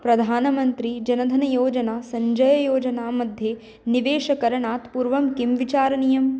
प्रधानमन्त्रीजनधनयोजना सञ्जययोजना मध्ये निवेशकरणात् पूर्वं किं विचारणीयम्